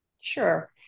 Sure